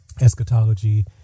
eschatology